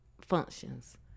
functions